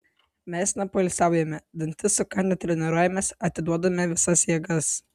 mes nepoilsiaujame dantis sukandę treniruojamės atiduodame visas jėgas